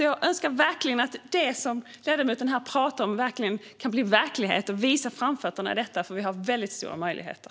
Jag önskar verkligen att det som ledamoten pratar om här kan bli verklighet och att man visar framfötterna i detta, för det finns väldigt stora möjligheter.